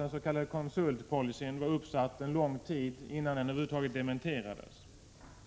s.k. konsultpolicyn har varit uppsatt en lång tid innan den över huvud taget dementerades.